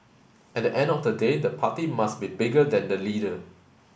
at the end of the day the party must be bigger than the leader